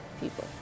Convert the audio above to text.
people